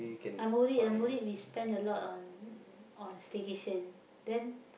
I'm worried I'm worried we spend a lot on on staycation then